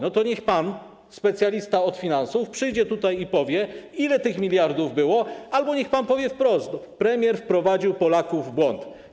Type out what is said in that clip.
No to niech pan, specjalista od finansów, przyjdzie tutaj i powie, ile tych miliardów było, albo niech pan powie wprost: premier wprowadził Polaków w błąd.